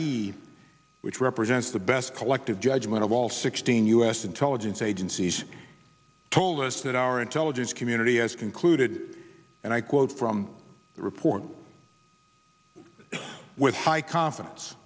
which represents the best collective judgment of all sixteen u s intelligence agencies told us that our intelligence community has concluded and i quote from the report with high confidence